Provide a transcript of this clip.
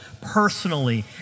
personally